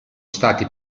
stati